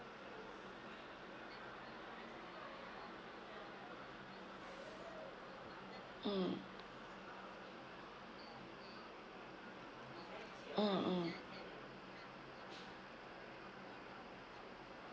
mm mm mm